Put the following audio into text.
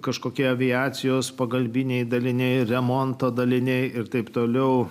kažkokia aviacijos pagalbiniai daliniai remonto daliniai ir taip toliau